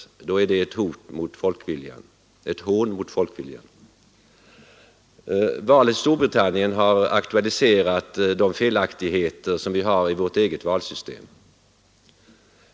Då är det ju ett hån mot folkviljan. Valet i Storbritannien har aktualiserat de felaktigheter som vi har i vårt eget valsystem.